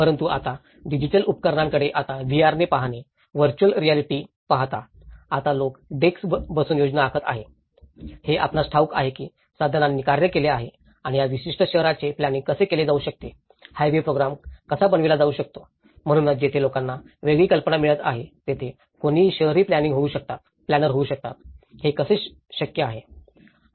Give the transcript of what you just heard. परंतु आता डिजिटल उपकरणांकडे आता VR ने पाहणे व्हर्चुअल रिऍलिटी पाहता आता लोक डेस्क बसून योजना आखत आहेत हे आपणास ठाऊक आहे की साधनांनी कार्य केले आहे आणि या विशिष्ट शहराचे प्लॅनिंग कसे केले जाऊ शकते हाय वे प्रोग्राम कसा बनविला जाऊ शकतो म्हणूनच जिथे लोकांना वेगळी कल्पना मिळत आहे तेथे कोणीही शहरी प्लॅनर होऊ शकतात हे कसे शक्य आहे